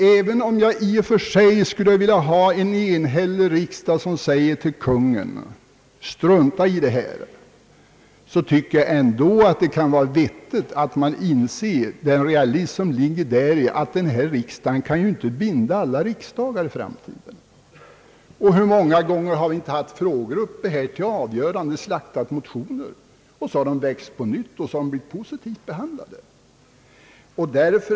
även om jag i och för sig skulle vilja ha en enhällig riksdag, som säger till Kungen att »strunta i detta», tycker jag ändå det kunde vara vettigt att inse den realism som ligger däri, att denna riksdag ju inte kan binda alla riksdagar i framtiden. Hur många gånger har vi inte haft frågor uppe här till avgörande och slaktat motioner, som sedan väckts på nytt och då blivit positivt behandlade.